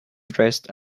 dressed